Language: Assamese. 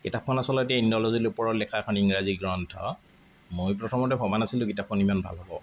কিতাপখন আচলতে ইণ্ডলজীৰ ওপৰত লিখা এখন ইংৰাজী গ্ৰন্থ মই প্ৰথমতে ভবা নাছিলোঁ কিতাপখন ইমান ভাল হ'ব